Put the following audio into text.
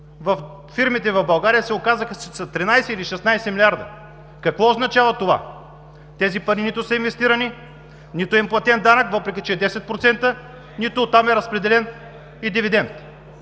във фирмите в България се оказаха, че са 13 или 16 милиарда. Какво означава това? Тези пари нито са инвестирани, нито им е платен данък, въпреки че е 10%, нито оттам е разпределен и дивидент.